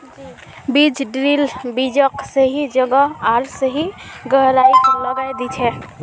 बीज ड्रिल बीजक सही जगह आर सही गहराईत लगैं दिछेक